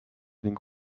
ning